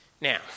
Now